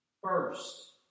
first